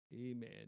Amen